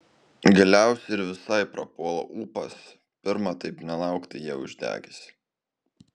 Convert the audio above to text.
galiausiai ir visai prapuola ūpas pirma taip nelauktai ją uždegęs